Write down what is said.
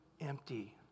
empty